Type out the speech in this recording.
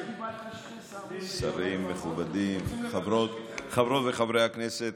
שרים מכובדים, חברות וחברי הכנסת,